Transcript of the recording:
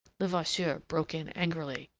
levasseur broke in angrily